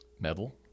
metal